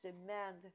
demand